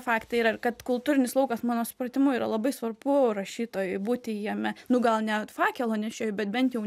faktai yra kad kultūrinis laukas mano supratimu yra labai svarbu rašytojui būti jame nu gal ne fakelo nešėju bet bent jau